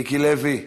מיקי לוי,